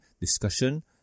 discussion